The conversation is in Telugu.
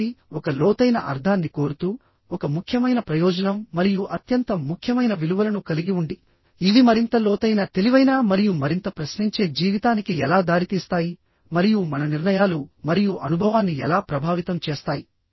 కాబట్టి ఒక లోతైన అర్ధాన్ని కోరుతూ ఒక ముఖ్యమైన ప్రయోజనం మరియు అత్యంత ముఖ్యమైన విలువలను కలిగి ఉండి ఇవి మరింత లోతైన తెలివైన మరియు మరింత ప్రశ్నించే జీవితానికి ఎలా దారితీస్తాయి మరియు మన నిర్ణయాలు మరియు అనుభవాన్ని ఎలా ప్రభావితం చేస్తాయి